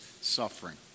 suffering